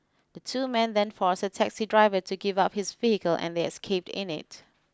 the two men then forced a taxi driver to give up his vehicle and they escaped in it